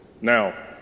Now